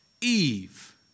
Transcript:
Eve